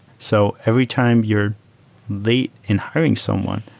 so every time you're late in hiring someone,